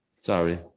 Sorry